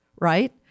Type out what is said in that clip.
Right